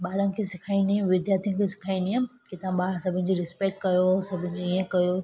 ॿारनि खे सेखारींदी हुअमि विद्यार्थियुनि खे सेखारींदी हुअमि कि तव्हां ॿार सभिनी जी रिस्पेक्ट कयो सभिनी जी इअं कयो